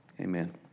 Amen